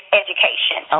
education